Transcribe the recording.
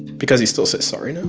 because he still says sorry now.